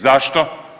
Zašto?